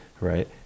right